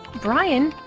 brian